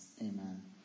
Amen